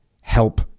help